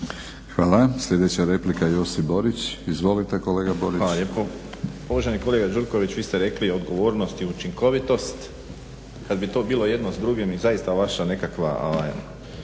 Hvala. Sljedeća replika, Josip Borić. Izvolite kolega Borić. **Borić, Josip (HDZ)** Hvala lijepo. Uvaženi kolega Đurković vi ste rekli odgovornost i učinkovitost, kad bi to bilo jedno s drugim i zaista vaša nekakva,